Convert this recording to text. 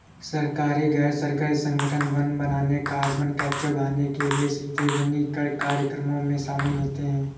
सरकारी, गैर सरकारी संगठन वन बनाने, कार्बन कैप्चर बढ़ाने के लिए सीधे वनीकरण कार्यक्रमों में शामिल होते हैं